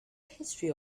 history